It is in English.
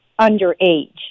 underage